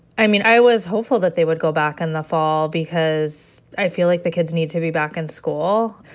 i mean, i was hopeful that they would go back in and the fall because i feel like the kids need to be back in school.